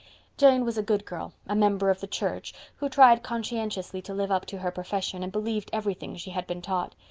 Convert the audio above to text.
jane was a good girl, a member of the church, who tried conscientiously to live up to her profession and believed everything she had been taught.